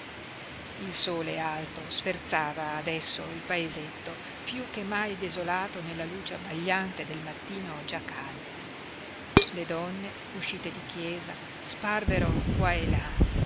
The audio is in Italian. il sole alto sferzava adesso il paesetto piú che mai desolato nella luce abbagliante del mattino già caldo le donne uscite di chiesa sparvero qua e là